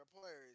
players